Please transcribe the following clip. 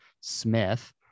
Smith